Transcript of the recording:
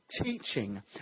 teaching